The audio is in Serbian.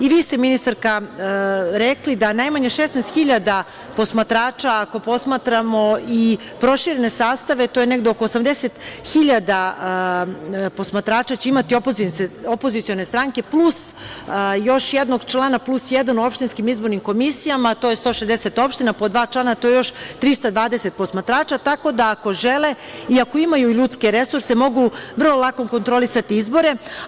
I vi ste, ministarka, rekli, da najmanje 16.000 posmatrača, ako posmatramo i proširene sastave, to je negde oko 80.000 posmatrača će imati opozicione stranke, plus još jednog člana, plus jedan u opštinskim izbornim komisijama, to je 160 opština, po dva člana, to je još 320 posmatrača, tako da, ako žele i ako imaju ljudske resurse, mogu vrlo lako kontrolisati izbore.